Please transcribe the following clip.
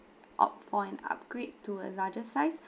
opt for an upgrade to a larger size